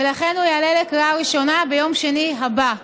לכן, הוא יעלה לקריאה ראשונה ביום שני הבא.